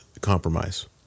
compromise